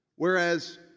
Whereas